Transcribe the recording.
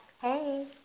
hey